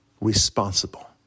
responsible